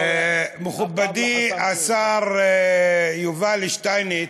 מכובדי השר יובל שטייניץ,